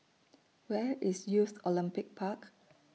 Where IS Youth Olympic Park